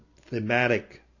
thematic